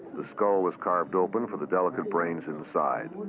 the skull was carved open for the delicate brains inside.